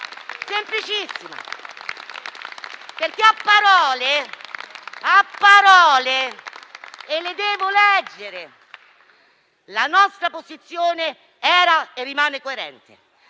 semplicissimo, rispetto a parole che devo leggere: la nostra posizione era e rimane coerente;